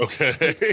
Okay